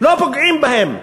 לא פוגעים בהם.